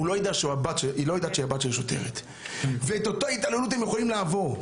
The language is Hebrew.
היא לא יודעת שהיא הבת של שוטרת ואת אותה התעללות הם יכולים לעבור,